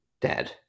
dead